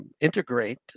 integrate